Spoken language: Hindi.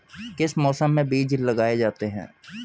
किस मौसम में बीज लगाए जाते हैं?